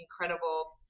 incredible